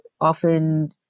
often